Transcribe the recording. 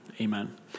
Amen